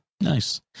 Nice